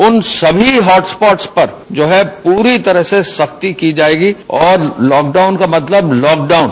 उन सभी hot spot पर जो है पूरी तरह से सख्ती की जायेगी और लॉकडाउन का मतलब लॉकडाउन